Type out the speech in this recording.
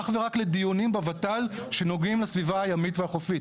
אך ורק לדיונים בות"ל שנוגעים לסביבה הימית והחופית.